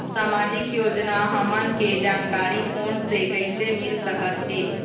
सामाजिक योजना हमन के जानकारी फोन से कइसे मिल सकत हे?